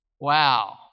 Wow